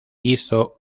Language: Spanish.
hizo